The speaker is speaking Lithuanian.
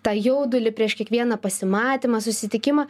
tą jaudulį prieš kiekvieną pasimatymą susitikimą